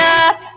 up